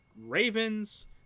Ravens